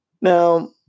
Now